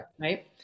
right